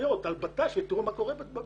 מבצעיות וביטחון שוטף ותראו מה קורה בבט"ש.